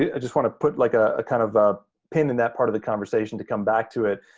i just wanna put like a kind of a pin in that part of the conversation to come back to it.